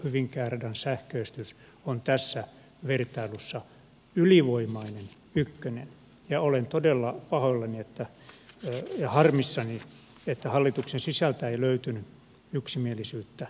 hankohyvinkää radan sähköistys on tässä vertailussa ylivoimainen ykkönen ja olen todella pahoillani ja harmissani että hallituksen sisältä ei löytynyt yksimielisyyttä